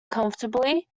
comfortably